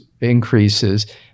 increases